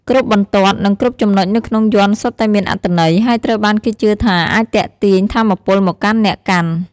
គ្រប់បន្ទាត់ និងគ្រប់ចំណុចនៅក្នុងយ័ន្តសុទ្ធតែមានអត្ថន័យ ហើយត្រូវបានគេជឿថាអាចទាក់ទាញថាមពលមកកាន់អ្នកកាន់។